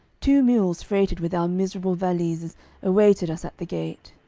two mules freighted with our miserable valises awaited us at the gate.